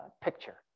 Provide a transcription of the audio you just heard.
picture